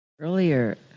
Earlier